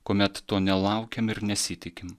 kuomet to nelaukiam ir nesitikim